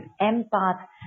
empath